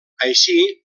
així